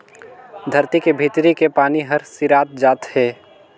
धरती के भीतरी के पानी हर सिरात जात हे